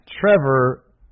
Trevor